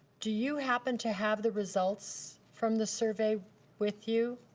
do you happen to have the results from the survey with you,